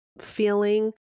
feeling